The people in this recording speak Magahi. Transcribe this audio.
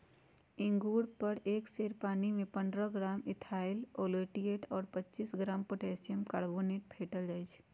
अंगुर पर एक सेर पानीमे पंडह ग्राम इथाइल ओलियट और पच्चीस ग्राम पोटेशियम कार्बोनेट फेटल जाई छै